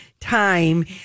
time